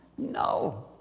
no.